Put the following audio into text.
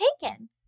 taken